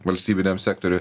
valstybiniam sektoriui